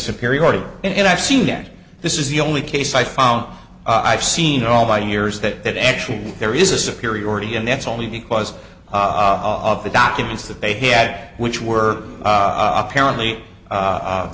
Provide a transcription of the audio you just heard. superiority and i've seen that this is the only case i found i have seen all my years that that actually there is a superiority and that's only because of the documents that they had which were apparently